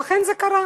ואכן זה קרה,